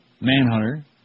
Manhunter